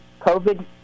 COVID